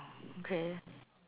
okay